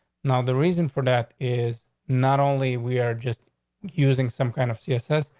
now, the reason for that is not only were just using some kind of css,